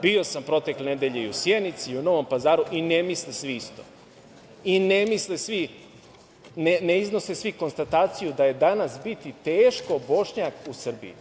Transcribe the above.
Bio sam protekle nedelje i u Sjenici i u Novom Pazaru i ne misle svi isto i ne misle svi, ne iznose svi konstataciju da je danas biti teško Bošnjak u Srbiji.